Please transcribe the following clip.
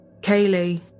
Kaylee